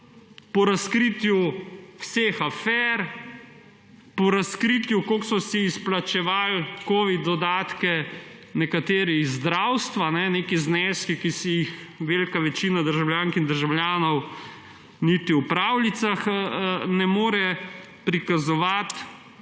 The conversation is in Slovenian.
po razkritju vseh afer, po razkritju, koliko so si izplačevali covid dodatkov nekateri iz zdravstva – neki zneski, ki si jih velika večina državljank in državljanov niti v pravljicah ne more prikazovati